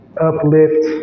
uplift